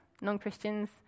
non-Christians